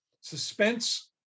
suspense